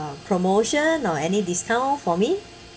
promotion or any discount for me